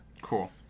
Cool